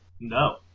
No